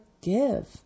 give